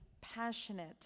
passionate